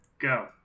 go